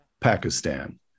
Pakistan